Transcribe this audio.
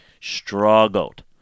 struggled